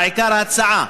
העיקר ההצעה.